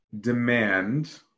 demand